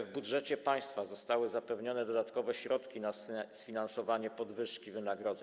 W budżecie państwa zostały zapewnione dodatkowe środki na sfinansowanie podwyżki wynagrodzeń.